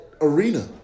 arena